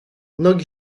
nogi